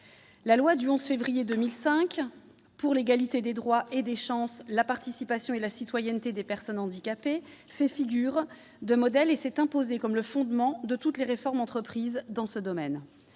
la loi du 11 février 2005 pour l'égalité des droits et des chances, la participation et la citoyenneté des personnes handicapées fait figure de modèle et s'est imposée comme le fondement de toutes les réformes entreprises dans ce domaine.